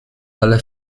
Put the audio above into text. dalle